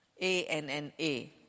A-N-N-A